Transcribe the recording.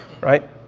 right